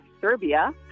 Serbia